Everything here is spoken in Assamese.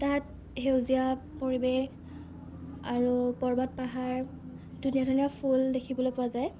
তাত সেউজীয়া পৰিৱেশ আৰু পৰ্বত পাহাৰ ধুনীয়া ধুনীয়া ফুল দেখিবলৈ পোৱা যায়